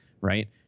right